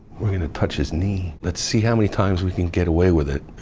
we're going to touch his knee. let's see how many times we can get away with it.